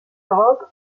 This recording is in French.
drogue